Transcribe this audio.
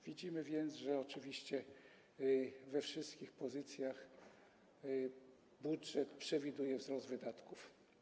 Widzimy więc, że oczywiście we wszystkich pozycjach budżet przewiduje wzrost wydatków.